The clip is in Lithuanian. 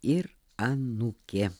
ir anūkė